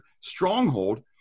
stronghold